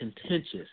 contentious